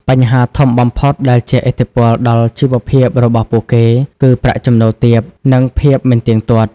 បញ្ហាធំបំផុតដែលជះឥទ្ធិពលដល់ជីវភាពរបស់ពួកគេ គឺប្រាក់ចំណូលទាប និងភាពមិនទៀងទាត់។